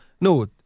No